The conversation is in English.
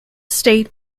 state